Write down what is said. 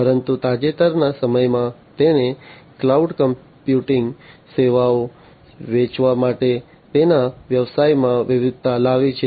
પરંતુ તાજેતરના સમયમાં તેણે ક્લાઉડ કમ્પ્યુટિંગ સેવાઓ વેચવા માટે તેના વ્યવસાયમાં વિવિધતા લાવી છે